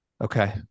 Okay